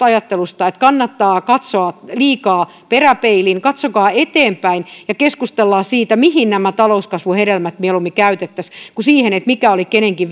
ajattelusta että kannattaa katsoa peräpeiliin katsokaan eteenpäin ja keskustellaan mieluummin siitä mihin nämä talouskasvun hedelmät käytettäisiin kuin siitä mikä oli kenenkin